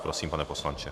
Prosím, pane poslanče.